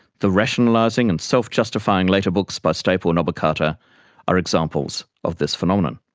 the rationalizing and self-justifying later books by stapel and obokata are examples of this phenomenon.